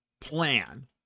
plan